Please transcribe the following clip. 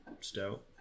stout